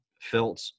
felt